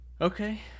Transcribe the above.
Okay